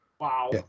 Wow